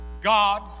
god